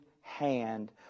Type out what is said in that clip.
hand